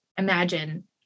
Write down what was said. imagine